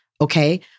Okay